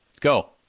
Go